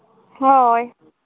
ᱦᱳᱭ